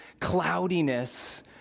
cloudiness